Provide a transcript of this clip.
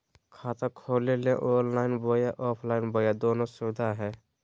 खाता खोले के ऑनलाइन बोया ऑफलाइन बोया दोनो सुविधा है?